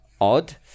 Odd